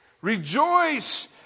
Rejoice